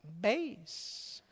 base